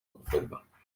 guverinoma